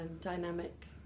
dynamic